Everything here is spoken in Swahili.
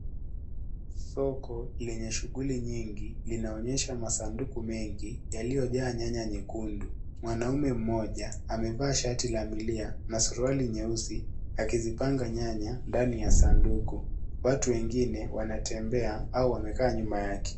Soko lenye shughuli nyingi linaonyesha masanduku mengi yaliyojaa nyanya nyekundu mwanaume mmoja amevaa shati la milia na suruali nyeusi akizipanga nyanya ndani ya sanduku. Watu wengine wanatembea au wanakaa nyuma yake.